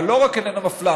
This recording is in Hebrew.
אבל לא רק שאיננה מפלה,